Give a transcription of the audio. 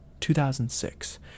2006